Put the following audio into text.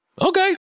okay